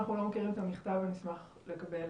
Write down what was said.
אנחנו לא מכירים את המכתב ונשמח לקבל,